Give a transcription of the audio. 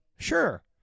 Sure